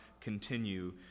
continue